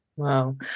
Wow